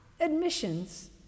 Admissions